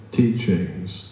teachings